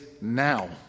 now